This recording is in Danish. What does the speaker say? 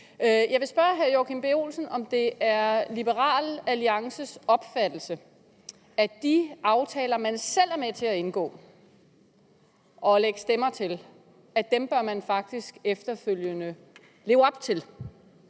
Jeg vil spørge hr. Joachim B. Olsen, om det er Liberal Alliances opfattelse, at når det gælder de aftaler, som man selv er med til at indgå og lægge stemmer til, bør man faktisk efterfølgende leve op til